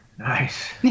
Nice